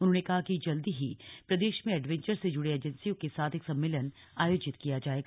उन्होंने कहा कि जल्दी ही प्रदेश में एडवेंचर से जुड़ी एजेंसियों के साथ एक सम्मेलन आयोजित किया जाएगा